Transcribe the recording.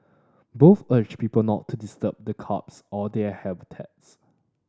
both urged people not to disturb the crabs or their habitats